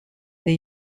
the